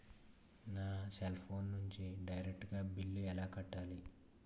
నా cell phone నుంచి direct గా బిల్లు ఎలా కట్టాలి?